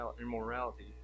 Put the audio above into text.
immorality